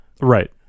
Right